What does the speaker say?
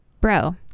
Bro